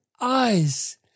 eyes